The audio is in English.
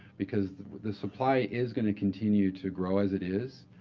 because the supply is going to continue to grow, as it is.